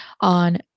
on